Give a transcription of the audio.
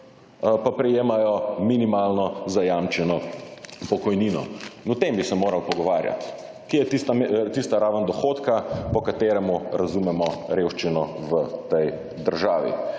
in prejemajo minimalno zajamčeno pokojnino. In o tem bi se morali pogovarjati, kje je tista raven dohodka, po katerem razumemo revščino v tej državi.